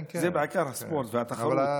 זה בעיקר הספורט והתחרות.